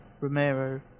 Romero